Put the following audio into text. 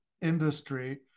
industry